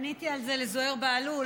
עניתי על זה לזוהיר בהלול,